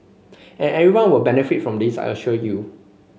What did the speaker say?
and everyone will benefit from this I assure you